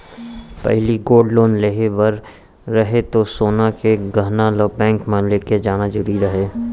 पहिली gold loan लेहे बर रहय तौ सोन के गहना ल बेंक म लेके जाना जरूरी रहय